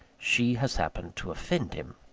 she has happened to offend him.